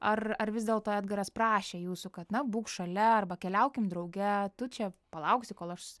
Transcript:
ar ar vis dėlto edgaras prašė jūsų kad na būk šalia arba keliaukim drauge tu čia palauksi kol aš